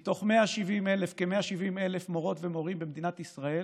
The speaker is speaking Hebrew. מתוך כ-170,000 מורות ומורים במדינת ישראל,